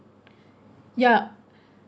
ya